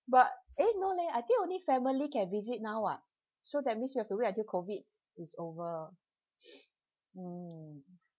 but eh no leh I think only family can visit now ah so that means you have to wait until COVID is over mm